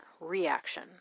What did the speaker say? reaction